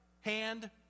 hand